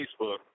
Facebook